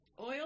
oil